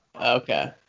okay